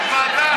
יש ועדה.